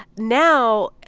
now,